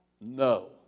No